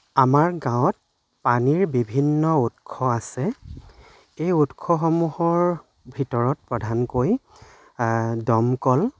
আমাৰ গাঁৱত পানীৰ বিভিন্ন উৎস আছে এই উৎসসমূহৰ ভিতৰত প্ৰধানকৈ দমকল